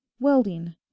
welding